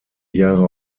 jahre